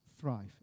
thrive